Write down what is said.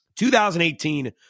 2018